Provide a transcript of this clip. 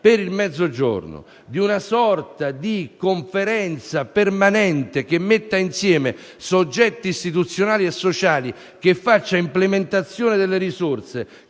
abbia bisogno, cioè una sorta di conferenza permanente che metta insieme soggetti istituzionali e sociali, che consenta un'implementazione delle risorse,